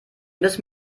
müssen